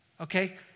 Okay